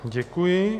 Děkuji.